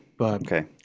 Okay